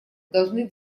должны